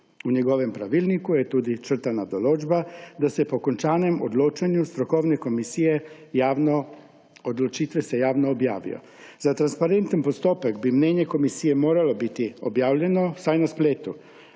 V njegovem pravilniku je tudi črtana določba, da se po končanem odločanju strokovne komisije, odločitve javno objavijo. Za transparenten postopek bi mnenje komisije moralo biti objavljeno vsaj na spletu.